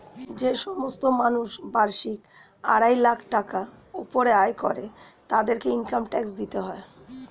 যে সমস্ত মানুষ বার্ষিক আড়াই লাখ টাকার উপরে আয় করে তাদেরকে ইনকাম ট্যাক্স দিতে হয়